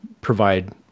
provide